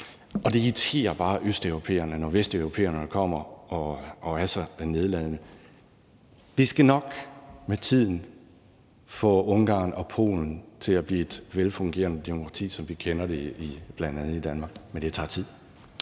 Og det irriterer bare østeuropæerne, når vesteuropæerne kommer og er så nedladende. Vi skal nok med tiden få Ungarn og Polen til at blive velfungerende demokratier, som vi kender det bl.a. i Danmark, men det tager tid.